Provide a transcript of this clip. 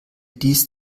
dies